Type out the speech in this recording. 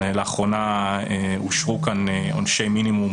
לאחרונה אושרו כאן עונשי מינימום